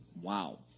wow